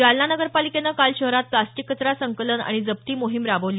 जालना नगरपालिकेनं काल शहरात प्लास्टिक कचरा संकलन आणि जप्ती मोहीम राबवली